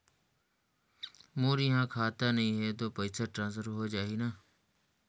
मोर इहां खाता नहीं है तो पइसा ट्रांसफर हो जाही न?